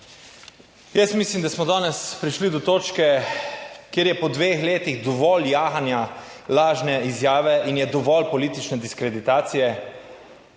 Jaz mislim, da smo danes prišli do točke, kjer je po dveh letih dovolj jahanja lažne izjave in je dovolj politične diskreditacije.